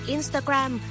Instagram